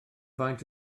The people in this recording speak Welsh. faint